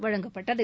வழங்கப்பட்டது